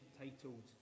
titled